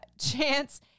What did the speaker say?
Chance